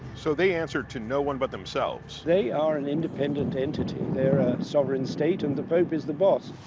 so, they answer to no one but themselves. they are an independent entity. they're a sovereign state, and the pope is the boss.